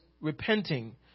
repenting